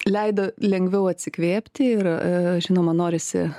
leido lengviau atsikvėpti ir žinoma norisi